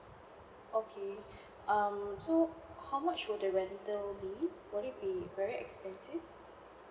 okay um so how much will the rental be would it be very expensive